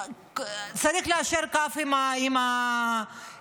צריך ליישר קו עם השלטון.